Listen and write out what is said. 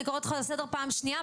אני קוראת אותך לסדר פעם שנייה,